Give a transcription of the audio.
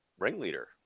ringleader